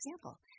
example